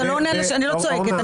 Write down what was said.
אני לא צועקת.